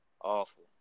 awful